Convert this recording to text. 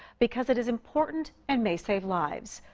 because it is important and may save lives.